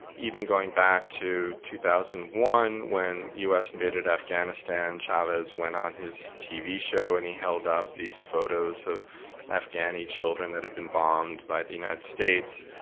even going back to two thousand and one when us invaded afghanistan, chavez went on his tv show and he held up these photos of afghani children that had been bombed by the united states,